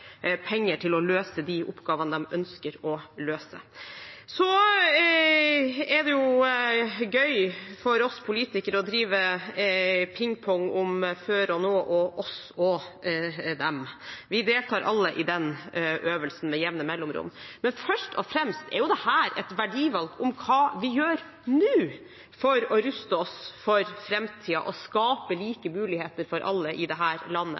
penger til å løse de oppgavene de ønsker å løse. Det er gøy for oss politikere å drive med pingpong om før og nå, oss og dem. Vi deltar alle i den øvelsen med jevne mellomrom. Men først og fremst er dette et verdivalg om hva vi gjør nå for å ruste oss for framtiden og skape like muligheter for alle i dette landet. Gjør vi det